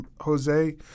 Jose